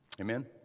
Amen